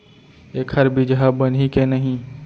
एखर बीजहा बनही के नहीं?